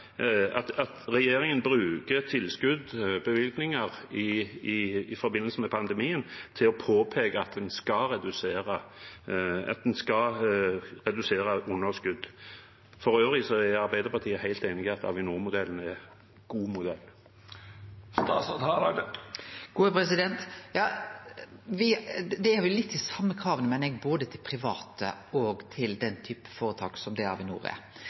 at når det gjelder en statlig eid bedrift, bruker regjeringen tilskudd, bevilgninger, i forbindelse med pandemien som et krav og påpeker at en skal redusere underskudd? For øvrig er Arbeiderpartiet helt enig i at Avinor-modellen er en god modell. Det er litt dei same krava, meiner eg, både til private og til den typen føretak som det Avinor er.